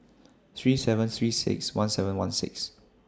three seven three six one seven one six